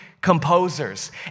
composers